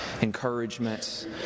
encouragements